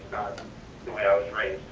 the way i was raised.